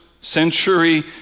century